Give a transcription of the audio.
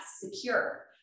secure